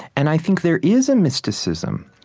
and i think there is a mysticism.